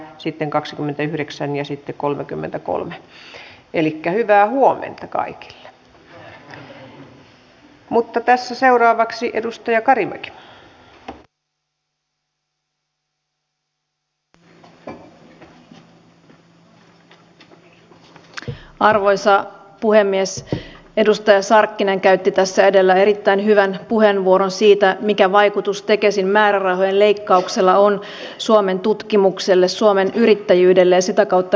kaikki heidän hoitoonsa osallistuvat tahot eivät saa sitä tietoa kun päinvastoin meidän pitäisi toimia niin että tehdään kansalaisen ja hänen omaistensa kanssa palvelu ja hoitosuunnitelma joka kirjataan ja sen jälkeen kaikki toimijat pystyvät käyttämään sitä tietoa